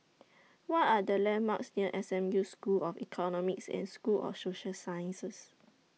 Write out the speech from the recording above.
What Are The landmarks near S M U School of Economics and School of Social Sciences